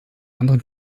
anderen